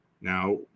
Now